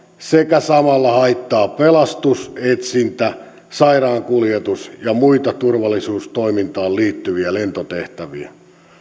sekä samalla haittaa pelastus etsintä sairaankuljetus ja muita turvallisuustoimintaan liittyviä lentotehtäviä